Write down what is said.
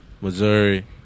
Missouri